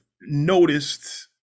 noticed